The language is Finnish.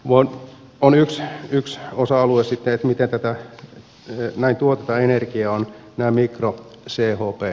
tätä on yksi osa alue sitten miten näin tuotetaan tätä energiaa nämä mikro chp laitokset